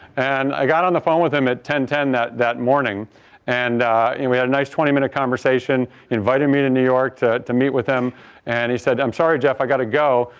and i got on the phone with him at ten ten that that morning and and we had a nice twenty minute conversation. he invited me to new york to to meet with him and he said, i'm sorry, jeff, i got to go,